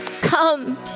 Come